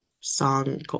song